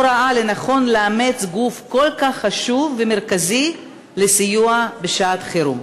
לא ראה לנכון לאמץ גוף כל כך חשוב ומרכזי לסיוע בשעת-חירום?